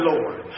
Lord